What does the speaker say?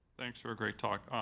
thanks for a great talk.